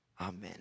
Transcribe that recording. amen